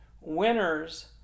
winners